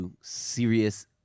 serious